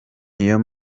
niyo